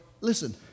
listen